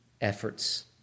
efforts